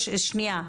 שנייה.